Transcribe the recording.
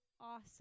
awesome